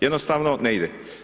Jednostavno ne ide.